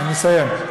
אני מסיים,